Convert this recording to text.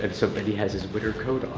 and so benny has his winter coat on.